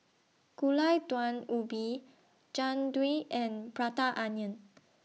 Gulai Daun Ubi Jian Dui and Prata Onion